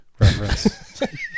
reference